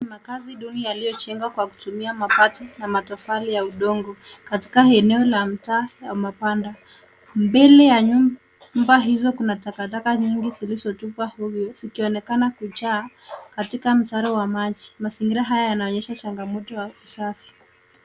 Makaazi duni yaliyojengwa kwa kutumia mabati na matofali ya udongo katika eneo la mtaa ya mabanda. Mbele ya nyumba hizo kuna takataka nyingi zilizotupwa zikionekana kujaa katika mtaro wa maji. Mazingira haya yanaonyesha changamoto ya usafi.